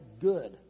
good